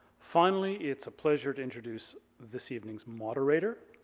finally, it's a pleasure to introduce this evening's moderator,